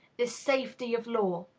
this safety of law.